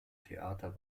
theater